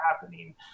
happening